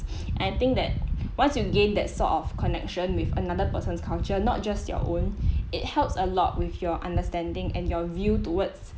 I think that once you gain that sort of connection with another person's culture not just your own it helps a lot with your understanding and your view towards